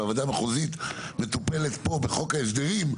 והוועדה המחוזית מטופלת פה בחוק ההסדרים,